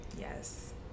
Yes